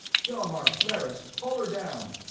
hjalmar lerrys haul her down!